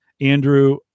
Andrew